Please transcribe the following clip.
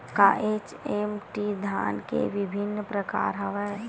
का एच.एम.टी धान के विभिन्र प्रकार हवय?